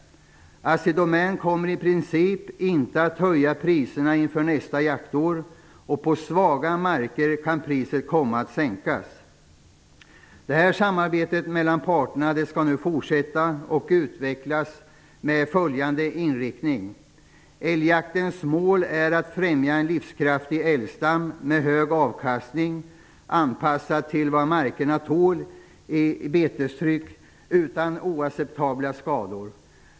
Assidomän kommer i princip inte att höja priserna inför nästa jaktår. På svaga marker kan priset komma att sänkas. Samarbetet mellan parterna skall nu fortsätta och utvecklas med följande inriktning: -- Älgjaktens mål är att främja en livskraftig älgstam med hög avkastning, anpassad till vad markerna tål i betestryck utan oacceptabla skador.